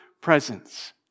presence